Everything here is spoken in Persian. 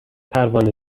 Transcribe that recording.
پروانه